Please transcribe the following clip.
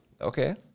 Okay